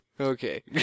Okay